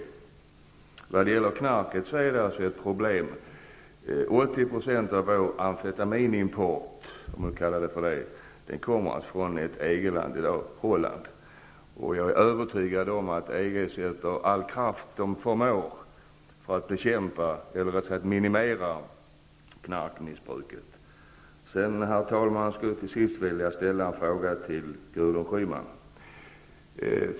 När det gäller knarket är det ett problem att 80 % av vår amfetaminimport -- om man använder det uttrycket -- i dag kommer från ett EG-land, Holland. Jag är övertygad om att EG sätter in all kraft för att minimera knarkmissbruket. Herr talman! Till sist skulle jag vilja ställa en fråga till Gudrun Schyman.